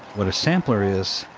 what a sampler is,